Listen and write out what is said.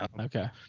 okay